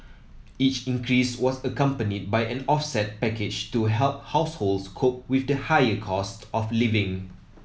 each increase was accompanied by an offset package to help households cope with the higher costs of living